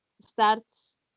starts